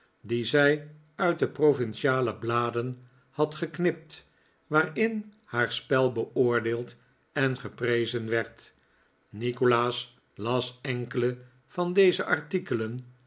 die zij uit de provinciale bladen had geknipt waarin haar spel beoordeeld en geprezen werd nikolaas las enkele van deze artikelen